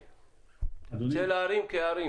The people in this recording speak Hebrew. גם העיצומים הכספיים